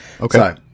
Okay